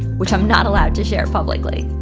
which i'm not allowed to share publicly.